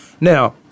Now